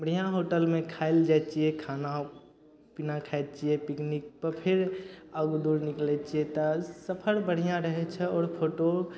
बढ़िआँ होटलमे खाइलेल जाइ छियै खाना पीना खाइ छियै पिकनिकपर फेर आगू दूर निकलय छियै तऽ ई सफर बढ़िआँ रहय छै आओर फोटो